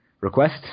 request